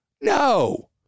No